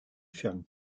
fermier